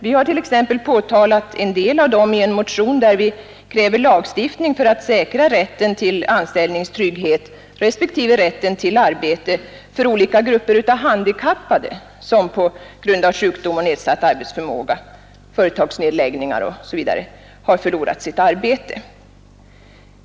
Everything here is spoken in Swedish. Vi har påtalat en del av dem i en motion, där vi kräver lagstiftning för att säkra anställningstryggheten respektive rätten till arbete för olika grupper av handikappade, som på grund av sjukdom, nedsatt arbetsförmåga eller företagsnedläggningar har förlorat sitt arbete.